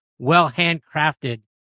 well-handcrafted